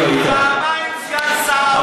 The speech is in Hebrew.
שכחת, פעמיים סגן שר האוצר.